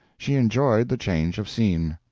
she enjoyed the change of scene.